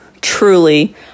truly